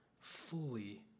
fully